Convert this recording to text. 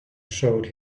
showed